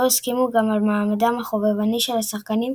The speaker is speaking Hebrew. הסכימו גם על מעמדם החובבני של השחקנים,